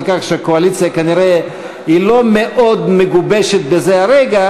כך שהקואליציה כנראה אינה מאוד מגובשת בזה הרגע,